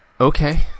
Okay